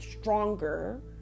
stronger